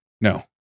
No